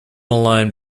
alone